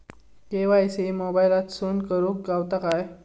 KYC मोबाईलातसून करुक गावता काय?